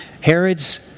Herod's